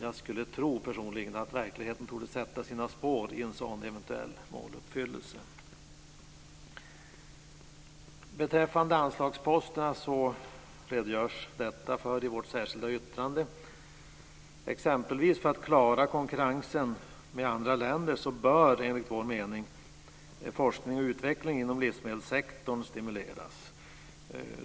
Personligen tror jag att verkligheten torde sätta sina spår i en sådan eventuell måluppfyllelse. Beträffande anslagsposterna redogörs det för dem i vårt särskilda yttrande. För att exempelvis klara konkurrensen från andra länder bör, enligt vår mening, forskning och utveckling inom livsmedelssektorn stimuleras.